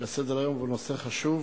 על סדר-היום, הוא נושא חשוב,